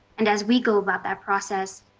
and as we go about that process,